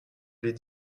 les